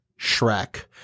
Shrek